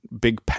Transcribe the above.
big